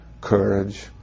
courage